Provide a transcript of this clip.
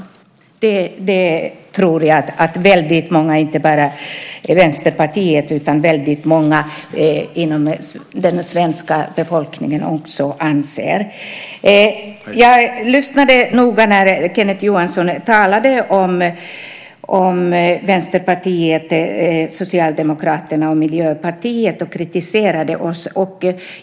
Det tror jag att väldigt många inte bara i Vänsterpartiet utan i den övriga svenska befolkningen anser. Jag lyssnade noga när Kenneth Johansson talade om Vänsterpartiet, Socialdemokraterna och Miljöpartiet och kritiserade oss.